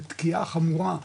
בתקיעה חמורה,